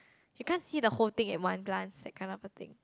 you can't see the whole thing in one glance that kind of a thing